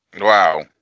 Wow